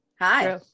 Hi